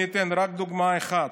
אני אתן רק דוגמה אחת: